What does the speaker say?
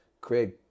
Craig